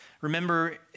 Remember